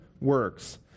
works